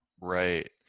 Right